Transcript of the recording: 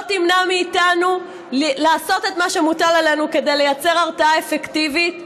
לא תמנע מאיתנו לעשות את מה שמוטל עלינו כדי לייצר הרתעה אפקטיבית.